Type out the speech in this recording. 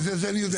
את זה אני יודע.